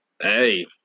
Hey